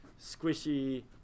squishy